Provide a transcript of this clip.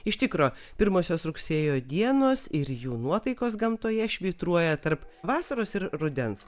iš tikro pirmosios rugsėjo dienos ir jų nuotaikos gamtoje švytruoja tarp vasaros ir rudens